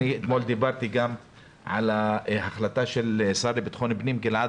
אני אתמול דיברתי על ההחלטה של השר לבטחון פנים גלעד